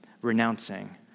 Renouncing